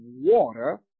water